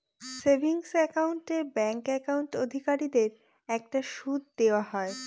savings account এ bank account অধিকারীদের একটা সুদ দেওয়া হয়